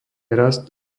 rast